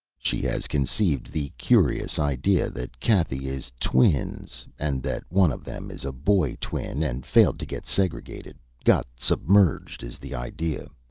she has conceived the curious idea that cathy is twins, and that one of them is a boy-twin and failed to get segregated got submerged, is the idea.